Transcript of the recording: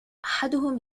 أحدهم